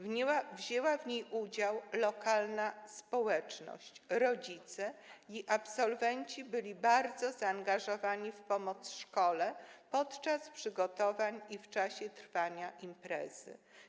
Wzięła w niej udział lokalna społeczność, rodzice i absolwenci byli bardzo zaangażowani w pomoc szkole podczas przygotowań i w czasie trwania imprezy.